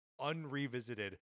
unrevisited